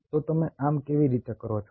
તો તમે આમ કેવી રીતે કરો છો